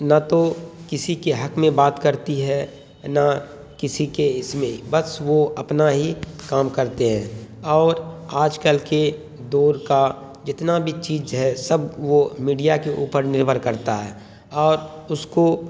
نہ تو کسی کے حق میں بات کرتی ہے نہ کسی کے اس میں بس وہ اپنا ہی کام کرتے ہیں اور آج کل کے دور کا جتنا بھی چیز ہے سب وہ میڈیا کے اوپر نربھر کرتا ہے اور اس کو